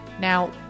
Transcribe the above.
Now